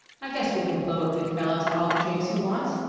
i guess we can blow a good fella to all the drinks he wants.